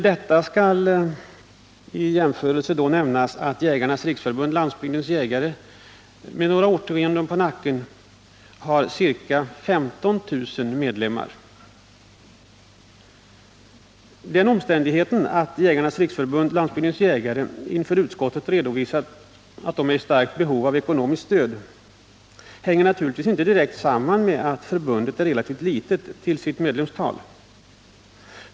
Detta skall jämföras med Jägarnas riksförbund-Landsbygdens jägare som har något årtionde på nacken och ca 15 000 medlemmar. Den omständigheten att Jägarnas riksförbund-Landsbygdens jägare inför utskottet redovisat att förbundet är i starkt behov av ekonomiskt stöd hänger naturligtvis inte direkt samman med att förbundet är relativt litet till sitt medlemsantal.